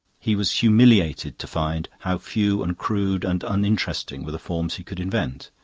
he was humiliated to find how few and crude and uninteresting were the forms he could invent